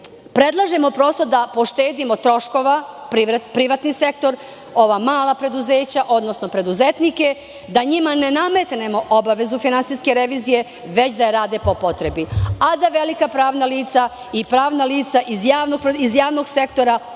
demagoška. Predlažemo da poštedimo troškova privatni sektor, ova mala preduzeća, odnosno preduzetnike, da njima ne nametnemo obavezu finansijske revizije, već da rade po potrebi, a da velika pravna lica i pravna lica iz javnog sektora ostanu